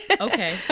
Okay